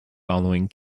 following